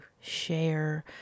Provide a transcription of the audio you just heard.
share